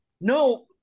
no